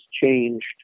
changed